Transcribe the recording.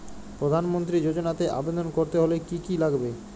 প্রধান মন্ত্রী যোজনাতে আবেদন করতে হলে কি কী লাগবে?